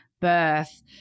birth